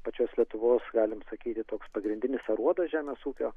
pačios lietuvos galim sakyti toks pagrindinis aruodo žemės ūkio